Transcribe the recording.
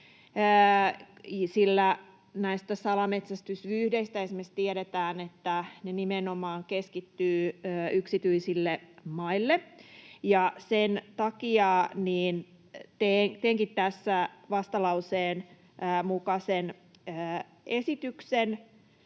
näistä salametsästysvyyhdeistä tiedetään, että ne keskittyvät nimenomaan yksityisille maille. Sen takia teenkin tässä vastalauseen mukaisen esityksen